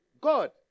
God